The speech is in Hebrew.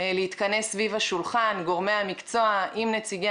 להתכנס סביב השולחן גורמי המקצוע עם נציגי